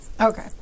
Okay